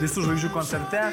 visų žvaigždžių koncerte